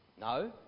No